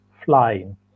Flying